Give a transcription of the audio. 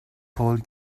paul